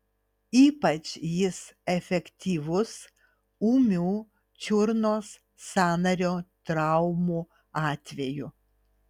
ypač jis efektyvus ūmių čiurnos sąnario traumų atveju